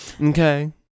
Okay